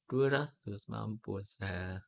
dua ratus mampus